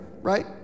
right